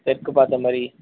தெற்கே பார்த்த மாதிரி